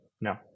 No